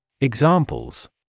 Examples